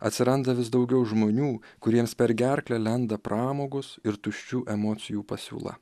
atsiranda vis daugiau žmonių kuriems per gerklę lenda pramogos ir tuščių emocijų pasiūla